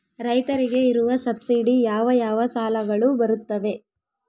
ರೈತರಿಗೆ ಇರುವ ಸಬ್ಸಿಡಿ ಯಾವ ಯಾವ ಸಾಲಗಳು ಬರುತ್ತವೆ?